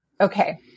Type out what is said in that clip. okay